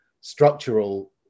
structural